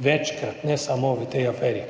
večkrat, ne samo v tej aferi.